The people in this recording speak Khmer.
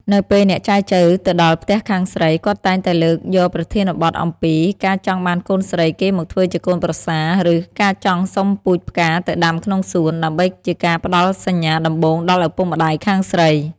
នៅពេលអ្នកចែចូវទៅដល់ផ្ទះខាងស្រី គាត់តែងតែលើកយកប្រធានបទអំពី "ការចង់បានកូនស្រីគេមកធ្វើជាកូនប្រសា" ឬ "ការចង់សុំពូជផ្កាទៅដាំក្នុងសួន" ដើម្បីជាការផ្ដល់សញ្ញាដំបូងដល់ឪពុកម្ដាយខាងស្រី។